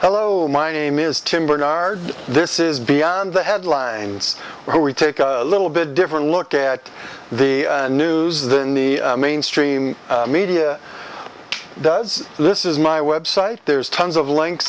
hello my name is tim bernard this is beyond the headlines where we take a little bit different look at the news than the mainstream media does this is my website there's tons of links